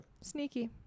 Sneaky